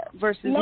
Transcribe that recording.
versus